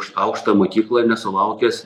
šaukštą mokykloj nesulaukęs